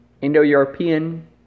Indo-European